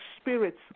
Spirits